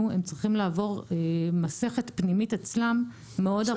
הם צריכים לעבור מסכת פנימית אצלם מאוד ארוכה של בחינה.